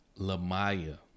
Lamaya